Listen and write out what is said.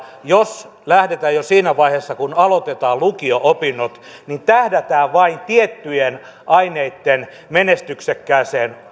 jos lähdetään jo siinä vaiheessa kun aloitetaan lukio opinnot tähtäämään vain tiettyjen aineitten menestyksekkääseen